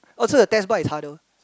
oh so the test bike is harder